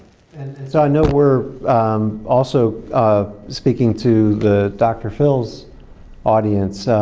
and so i know we're also speaking to the dr. phil's audience.